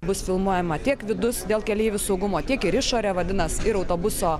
bus filmuojama tiek vidus dėl keleivių saugumo tiek ir išorė vadinas ir autobuso